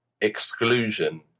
exclusion